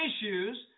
issues